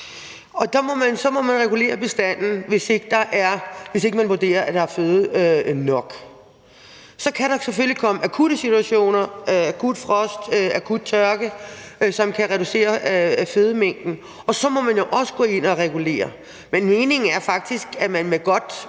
så må man regulere bestanden, hvis man vurderer, at der ikke er føde nok. Så kan der selvfølgelig komme akutte situationer – akut frost eller akut tørke – som kan reducere fødemængden, og så må man jo også gå ind og regulere. Men meningen er faktisk, at man med godt